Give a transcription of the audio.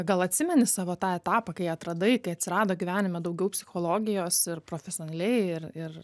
gal atsimeni savo tą etapą kai atradai kai atsirado gyvenime daugiau psichologijos ir profesionaliai ir ir